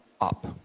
up